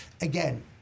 again